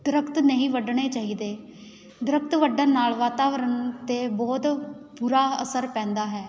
ਦਰਖਤ ਨਹੀਂ ਵੱਢਣੇ ਚਾਹੀਦੇ ਦਰਖਤ ਵੱਢਣ ਨਾਲ ਵਾਤਾਵਰਨ 'ਤੇ ਬਹੁਤ ਬੁਰਾ ਅਸਰ ਪੈਂਦਾ ਹੈ